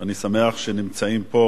ואני שמח שנמצאים פה